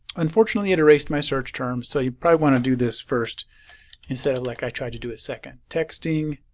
unfortunately it erased my search terms so you probably want to do this first instead of like i tried to do a second. texting